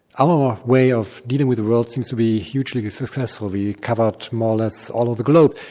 our way of dealing with the world seems to be hugely successful, we covered more or less all of the globe.